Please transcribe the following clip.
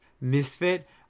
misfit